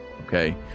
Okay